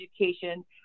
education